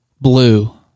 Blue